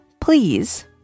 please